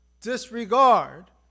disregard